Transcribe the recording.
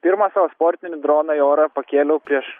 pirmą savo sportinį droną į orą pakėliau prieš